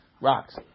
rocks